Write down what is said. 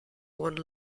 one